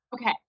Okay